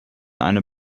einem